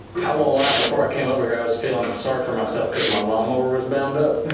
i won't lie, before i came over here i was feeling sorry for myself because my lawnmower was bound up.